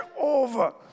over